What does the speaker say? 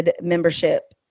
membership